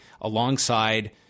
alongside